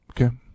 Okay